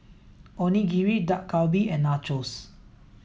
Onigiri Dak Galbi and Nachos